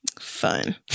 Fun